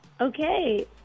okay